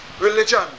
religion